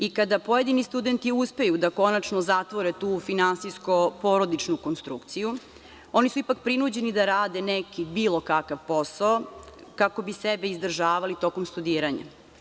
I kada pojedini studenti uspeju da konačno zatvore tu finansijsko-porodičnu konstrukciju, oni su ipak prinuđeni da rade neki, bilo kakav posao, kako bi sebe izdržavali tokom studiranja.